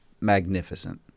magnificent